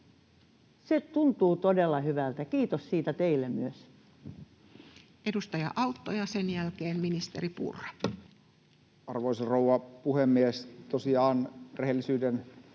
se tuntuu todella hyvältä. Kiitos siitä teille myös. Edustaja Autto ja sen jälkeen ministeri Purra. Arvoisa rouva puhemies! Tosiaan rehellisyyden